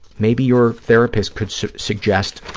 maybe your therapist could suggest